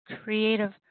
creative